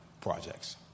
projects